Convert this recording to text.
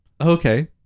okay